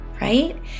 right